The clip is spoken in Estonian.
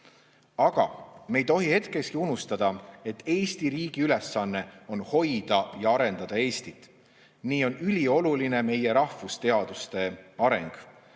Aga me ei tohi hetkekski unustada, et Eesti riigi ülesanne on hoida ja arendada Eestit. Nii on ülioluline meie rahvusteaduste areng.